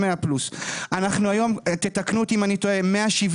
100+. תתקנו אותי אם אני טועה: היום,